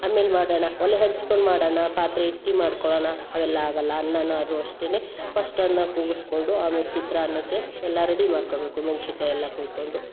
ಆಮೇಲೆ ಮಾಡೋಣ ಒಲೆ ಹಚ್ಕೊಂಡು ಮಾಡೋಣ ಪಾತ್ರೆ ಇಟ್ಟು ಮಾಡ್ಕೊಳ್ಳೋಣ ಅವೆಲ್ಲ ಆಗಲ್ಲ ಅನ್ನವಾದರೂ ಅಷ್ಟೆ ಫಸ್ಟ್ಪ ಅನ್ನ ಕೂಗಿಸ್ಕೊಂಡು ಆಮೇಲೆ ಚಿತ್ರಾನ್ನಕ್ಕೆ ಎಲ್ಲ ರೆಡಿ ಮಾಡ್ಕೊಬೇಕು ಮೆಣ್ಶಿಕಾಯಿ ಎಲ್ಲ ಕುಯ್ಕೊಂಡು